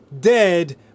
dead